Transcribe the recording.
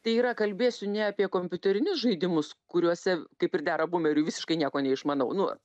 tai yra kalbėsiu ne apie kompiuterinius žaidimus kuriuose kaip ir dera būmeriui visiškai nieko neišmanau nu